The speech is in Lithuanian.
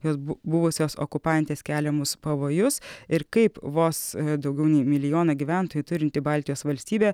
jos buvusios okupantės keliamus pavojus ir kaip vos daugiau nei milijoną gyventojų turinti baltijos valstybė